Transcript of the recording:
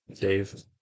Dave